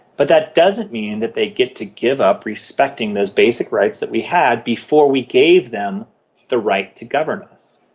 but that doesn't mean that they get to give up respecting those basic rights that we had before we gave them the right to govern us.